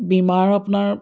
বীমাৰো আপোনাৰ